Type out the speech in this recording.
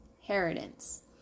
inheritance